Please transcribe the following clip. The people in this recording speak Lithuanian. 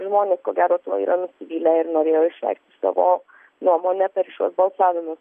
žmonės ko gero tuo yra nusivylę ir norėjo išreikšti savo nuomonę per šiuos balsavimus